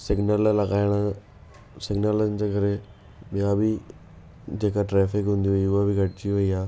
signal लॻाइणु सिग्नलनि जे करे ॿिया बि जेका ट्रैफ़िक हूंदी हुई उहा बि घटिजी वई आहे